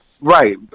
Right